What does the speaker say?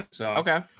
Okay